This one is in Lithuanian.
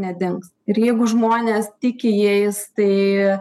nedings ir jeigu žmonės tiki jais tai